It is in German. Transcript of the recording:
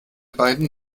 beidem